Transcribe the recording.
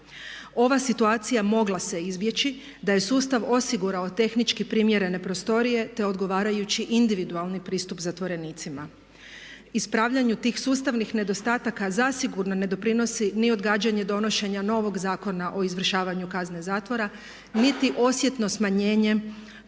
Ova situacija mogla se izbjeći da je sustav osigurao tehnički primjerene prostorije, te odgovarajući individualni pristup zatvorenicima. Ispravljanju tih sustavnih nedostataka zasigurno ne doprinosi ni odgađanje donošenja novog Zakona o izvršavanju kazne zatvora, niti osjetno smanjenje